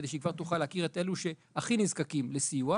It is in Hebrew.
כדי שהיא כבר תוכל להכיר את אלה שהכי נזקקים לסיוע.